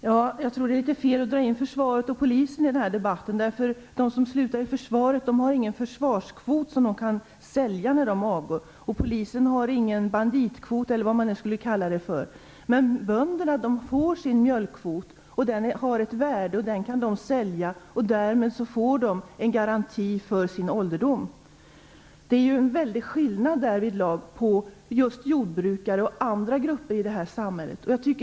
Fru talman! Jag tror att det är litet fel att dra in försvaret och polisen i den här debatten. De som slutar i försvaret har ingen "försvarskvot" som de kan sälja när de avgår, och polisen har igen "banditkvot", eller vad man nu skulle kalla det för. Men bönderna får sin mjölkkvot. Den har ett värde, och den kan de sälja. Därmed får de en garanti för sin ålderdom. Det är därvidlag en väldig skillnad mellan jordbrukare och andra grupper i samhället.